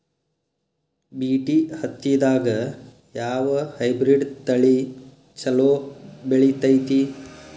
BT ಹತ್ತಿದಾಗ ಯಾವ hybrid ತಳಿ ಛಲೋ ಬೆಳಿತೈತಿ?